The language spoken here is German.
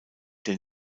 der